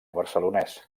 barcelonès